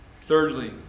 Thirdly